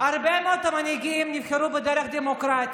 הרבה מאוד מנהיגים נבחרו בדרך דמוקרטית,